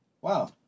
Wow